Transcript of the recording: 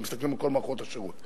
אם מסתכלים על כל מערכות השירות.